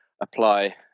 apply